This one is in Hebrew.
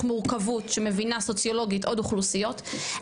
מורכבות שמבינה סוציולוגית עוד אוכלוסיות,